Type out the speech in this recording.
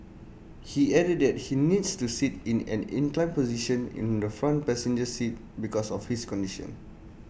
he added that he needs to sit in an inclined position in the front passenger seat because of his condition